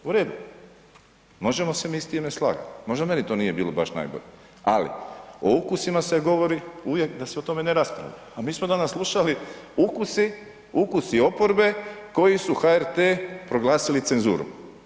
U redu, možemo se mi s time slagati, možda meni to nije bilo baš najbolje, ali o ukusima se govori uvijek da se o tome ne raspravlja, a mi smo danas slušali ukusi, ukusi oporbe koji su HRT proglasili cenzurom.